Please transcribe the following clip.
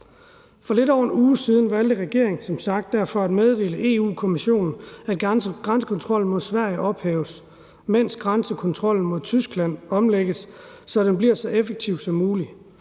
For lidt over en uge siden valgte regeringen som sagt derfor at meddele Europa-Kommissionen, at grænsekontrollen mod Sverige ophæves, mens grænsekontrollen mod Tyskland omlægges, så den bliver så effektiv som muligt.